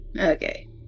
okay